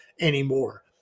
anymore